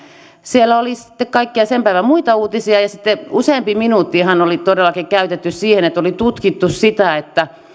siellä oli sen päivän kaikkia muita uutisia ja sitten useampi minuutti ihan oli todellakin käytetty siihen että oli tutkittu sitä että